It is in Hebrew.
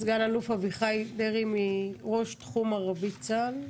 סגן אלוף אביחי אדרעי, ראש תחום ערבית בצה"ל.